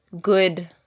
good